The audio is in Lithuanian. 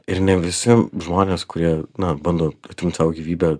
ir ne visi žmonės kurie na bando atimt sau gyvybę